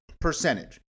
percentage